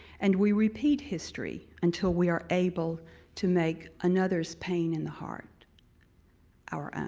and we repeat history until we are able to make another's pain in the heart our own.